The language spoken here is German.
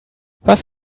was